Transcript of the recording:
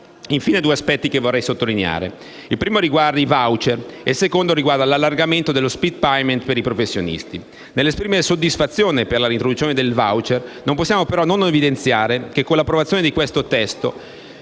sono due aspetti che vorrei sottolineare: il primo riguarda i *voucher* e il secondo riguarda l'allargamento dello *split payment* per i professionisti. Nell'esprimere soddisfazione per la reintroduzione del *voucher*, non possiamo però non evidenziare che, con l'approvazione di questo testo,